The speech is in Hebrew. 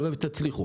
הלוואי ותצליחו.